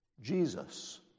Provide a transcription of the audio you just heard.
Jesus